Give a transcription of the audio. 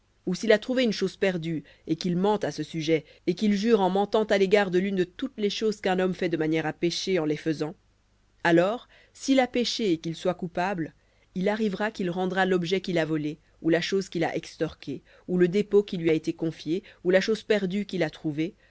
ou s'il a trouvé une chose perdue et qu'il mente à ce sujet et qu'il jure en mentant à l'égard de l'une de toutes les choses qu'un homme fait de manière à pécher en les faisant alors s'il a péché et qu'il soit coupable il arrivera qu'il rendra l'objet qu'il a volé ou la chose qu'il a extorquée ou le dépôt qui lui a été confié ou la chose perdue qu'il a trouvée